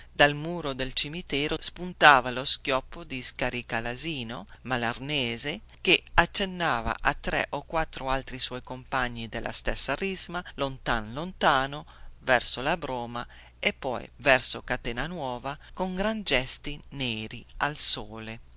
dal muro del cimitero spuntava lo schioppo di scaricalasino malarnese che accennava a tre o quattro altri suoi compagni della stessa risma lontan lontano verso la broma e poi verso catenanuova con gran gesti neri al sole